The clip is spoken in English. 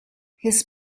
his